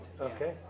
okay